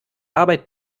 arbeit